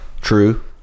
true